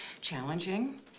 challenging